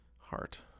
heart